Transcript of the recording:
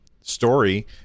story